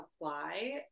apply